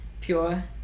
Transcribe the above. pure